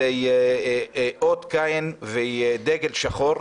זו אות קין וזה דגל שחור.